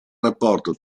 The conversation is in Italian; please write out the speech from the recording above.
rapporto